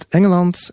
Engeland